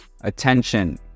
attention